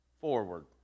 forward